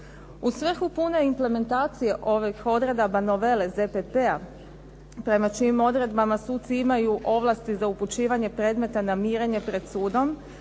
U svrhu pune implementacije ovih odredaba novele ZPP-a prema čijim odredbama suci imaju ovlasti za upućivanje predmeta na mirenje pred sudom